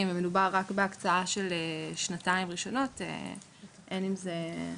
ומדובר רק בהקצאה של שנתיים ראשונות אין עם זה קושי.